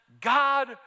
God